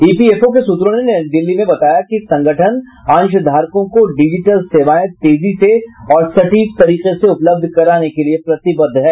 EPFO के सूत्रों ने नई दिल्ली में बताया कि संगठन अंशधारकों को डिजीटल सेवाएं तेजी से और सटीक तरीके से उपलब्ध कराने के लिए प्रतिबद्ध है